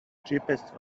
cheapest